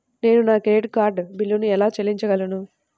నేను నా credit card బిల్లును ఎలా చెల్లించగలను?